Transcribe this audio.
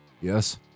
Yes